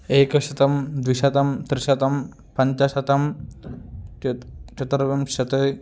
एकशतं द्विशतं त्रिशतं पञ्चशतं चत् चतुर्विंशतिः